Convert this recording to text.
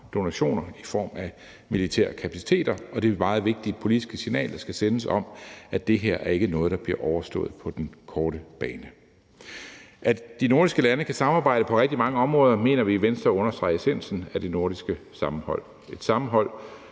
donationer i form af militære kapaciteter og det meget vigtige politiske signal, der skal sendes, om, at det her ikke er noget, der bliver overstået på den korte bane. At de nordiske lande kan samarbejde på rigtig mange områder, mener vi i Venstre understreger essensen af det nordiske sammenhold. Det er et sammenhold,